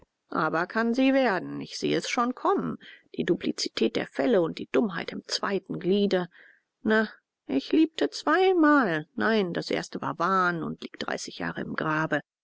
aber kann sie werden ich sehe es schon kommen die duplizität der fälle und die dummheit im zweiten gliede na ich liebte zweimal nein das erste war wahn und liegt dreißig jahre im grabe